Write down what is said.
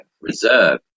reserve